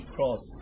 Cross